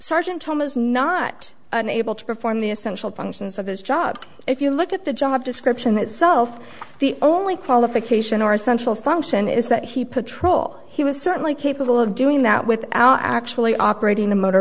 thomas not able to perform the essential functions of his job if you look at the job description itself the only qualification or central function is that he patrol he was certainly capable of doing that without actually operating a motor